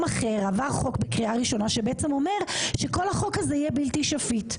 אחר עבר חוק בקריאה ראשונה שבעצם אומר שכל החוק הזה יהיה בלתי שפיט.